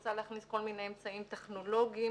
רוצה להכניס כל מיני אמצעים טכנולוגיים